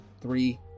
three